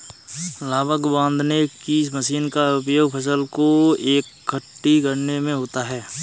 लावक बांधने की मशीन का उपयोग फसल को एकठी करने में होता है